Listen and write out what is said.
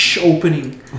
opening